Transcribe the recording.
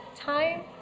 time